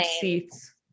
seats